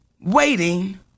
waiting